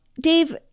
Dave